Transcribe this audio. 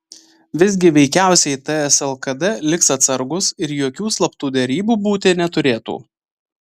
visgi veikiausiai ts lkd liks atsargūs ir jokių slaptų derybų būti neturėtų